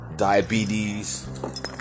Diabetes